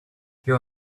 your